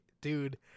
Dude